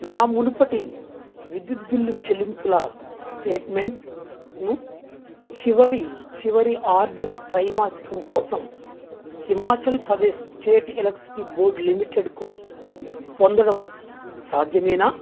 నా మునుపటి విద్యుత్ బిల్లు చెల్లింపుల స్టేట్మెంట్ను చివరి చివరి ఆర్థిక త్రైమాసికం కోసం Himachal Pradesh state electricity board లిమిటెడ్కు పొందడం సాధ్యమేనా